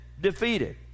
defeated